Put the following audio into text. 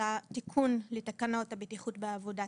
אלא תיקון לתקנות הבטיחות בעבודה,